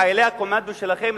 חיילי הקומנדו שלכם,